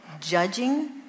judging